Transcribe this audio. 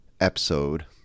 episode